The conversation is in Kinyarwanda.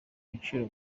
biciro